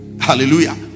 hallelujah